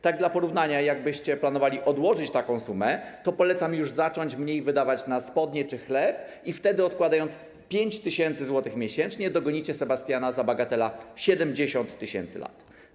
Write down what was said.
Tak dla porównania, jakbyście planowali odłożyć taką sumę, to polecam już zacząć mniej wydawać na spodnie czy chleb i wtedy, odkładając 5 tys. zł miesięcznie, dogonicie Sebastiana za, bagatela, 70 tys. lat.